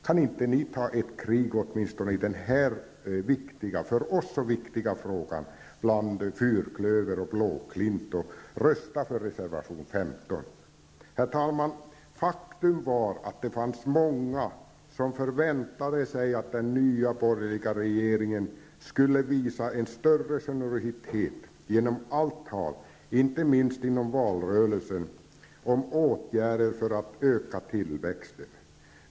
Kan inte ni ta ett krig, åtminstone i den här för oss så viktiga frågan, bland fyrklöver och blåklint och rösta för reservation 15! Herr talman! Faktum är att det var många som förväntade sig att den nya borgerliga regeringen skulle visa en större generositet, genom allt tal, inte minst i valrörelsen, om åtgärder för att öka tillväxten.